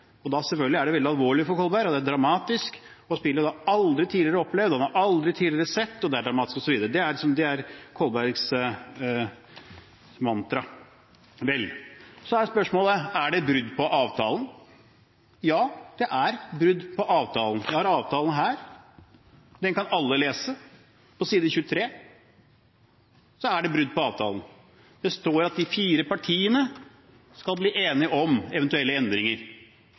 Kolberg. Da er det selvfølgelig veldig alvorlig for Kolberg, det er dramatisk, det er et spill han aldri tidligere har opplevd, han har aldri tidligere sett det, og det er dramatisk, osv. Det er liksom Kolbergs mantra. Vel, så er spørsmålet: Er det brudd på avtalen? Ja, det er brudd på avtalen. Jeg har avtalen her, den kan alle lese, ifølge side 23 er det brudd på avtalen. Det står der at de fire partiene skal bli enige om eventuelle endringer,